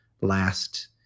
last